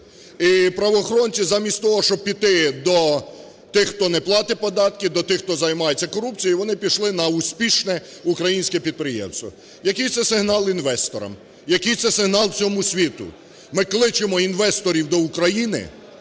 І правоохоронці замість того, щоб піти до тих, хто не платить податки, до тих, хто займається корупцією, вони пішли на успішне українське підприємство. Який це сигнал інвесторам, який це сигнал всьому світу? Ми кличемо інвесторів до України,